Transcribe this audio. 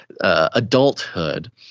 adulthood